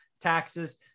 taxes